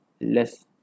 less